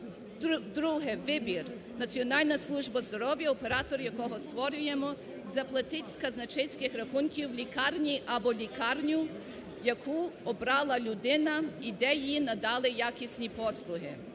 Друге – вибір. Національна служба здоров'я – оператор, який створюємо, заплатить з казначейських рахунків лікарні або лікарню, яку обрала людину і де їй надали якісні послуги.